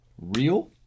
real